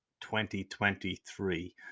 2023